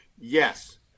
yes